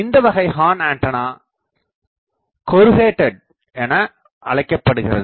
இந்த வகை horn antenna corrugated எனஅழைக்கப்படுகிறது